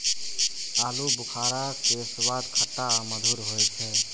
आलू बुखारा के स्वाद खट्टा आ मधुर होइ छै